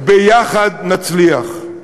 ביחד נצליח.